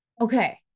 okay